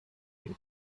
dem